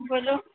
बोलो